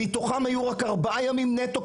מתוכם ארבעה ימים נטו.